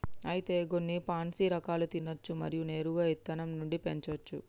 అయితే గొన్ని పాన్సీ రకాలు తినచ్చు మరియు నేరుగా ఇత్తనం నుండి పెంచోచ్చు